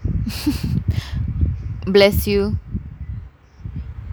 bless you